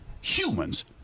humans